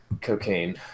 cocaine